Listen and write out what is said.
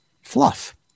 fluff